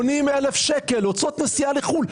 80,000 שקל הוצאות נסיעה לחו"ל.